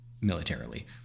militarily